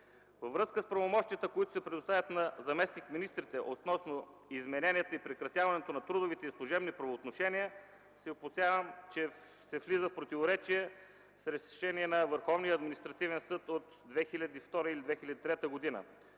Във връзка с правомощията, които се предоставят на заместник-министрите относно измененията и прекратяването на трудовите и служебните правоотношения, се опасявам, че влизате в противоречие с решение на Върховния административен съд от 2002 или 2003 г.